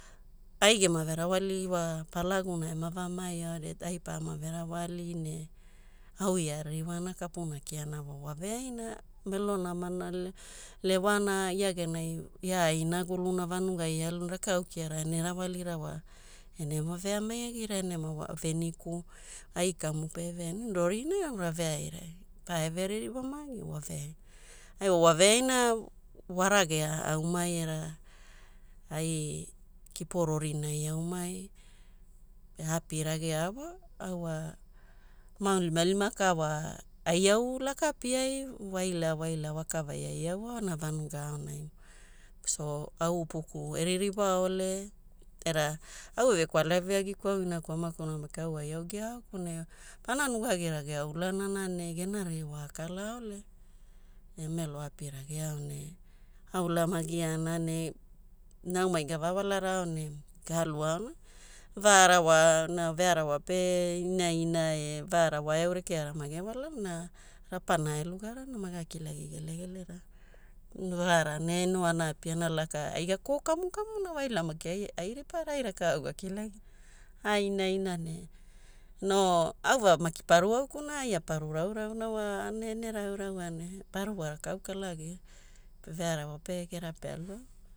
Ai gema verawali wa Palaguna eve maaiao that ai pama verawali ne au wa ia aririwa ana kiana wa waveaina. Melo namana, lewana ia genai ia ae inaguluna, vanugai ealuna, rakau kiara ene rawalira wa, enema veamai agira enema veniku. Ai kamu pe eveaina, rorinai veairai, pae veririwamagi, waveaina. Ai wa waveaina waragea aumai era ai kipo rorinai aumai. Ne aapirageao wa, au wa maunilimalima ka wa ai au lakapiai, waila waila wakavai ai au ao na vanuga aonai. So au upuku eririwaole era au evekwalavi agikuo, au inaku amakuna maki au ai au giaaoku ne pana nugagiragea ulanana ne gena ririwa akalaaole, emelo aapirageao ne aulamagiana ne naumai gavawalarao ne gaaluaona. Vaara wa na vearawa pe inaina e vaara waeau rekeara mage walana na rapana ae lugarana, maga kilagi gelegelerana. Vaara ne no ana api ana laka, ai gakoo kamukamuna waila maki ai ai ripara ai rakau gakilagina. Ainaina ne no au wa maki paru auku na ai paru raurauna wa ene rauraua ne paru wa rakau kalagina? Vearawa pe gera pe aluao